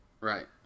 Right